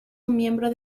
miembro